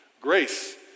grace